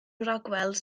rhagweld